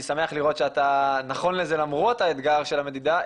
שמח לראות שאתה נכון לזה למרות האתגר של המדידה,